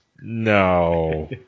No